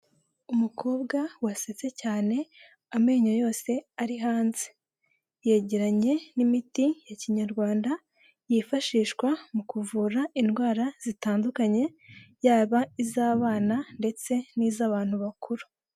Umukobwa wasetse cyane amenyo yose ari hanze, yegeranye n'imiti ya kinyarwanda yifashishwa mu kuvura indwara zitandukanye, yaba iz'abana ndetse n'iz'abantu bakuru.